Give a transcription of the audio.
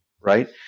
right